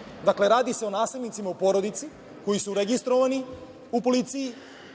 godini. Dakle, radi se o nasilnicima u porodici koji su registrovani u policiji,